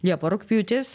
liepa rugpjūtis